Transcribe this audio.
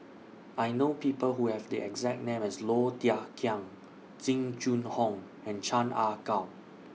I know People Who Have The exact name as Low Thia Khiang Jing Jun Hong and Chan Ah Kow